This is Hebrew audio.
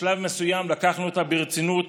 בשלב מסוים לקחנו אותה ברצינות,